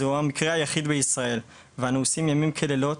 זהו המקרה היחיד בישראל ואנו עושים ימים כלילות